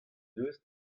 deus